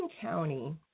County